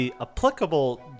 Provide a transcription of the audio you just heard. applicable